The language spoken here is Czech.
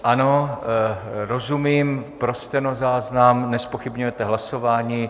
Ano, rozumím, pro stenozáznam, nezpochybňujete hlasování.